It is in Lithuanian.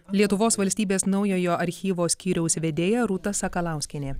lietuvos valstybės naujojo archyvo skyriaus vedėja rūta sakalauskienė